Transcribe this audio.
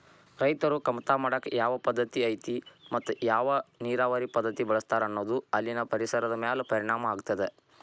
ರೈತರು ಕಮತಾ ಮಾಡಾಕ ಯಾವ ಪದ್ದತಿ ಐತಿ ಮತ್ತ ಯಾವ ನೇರಾವರಿ ಪದ್ಧತಿ ಬಳಸ್ತಾರ ಅನ್ನೋದು ಅಲ್ಲಿನ ಪರಿಸರದ ಮ್ಯಾಲ ಪರಿಣಾಮ ಆಗ್ತದ